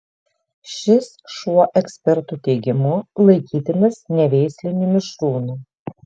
šis šuo ekspertų teigimu laikytinas neveisliniu mišrūnu